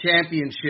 championship